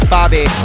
Bobby